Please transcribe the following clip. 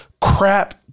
crap